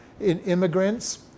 immigrants